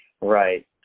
Right